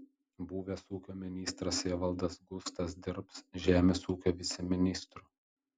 buvęs ūkio ministras evaldas gustas dirbs žemės ūkio viceministru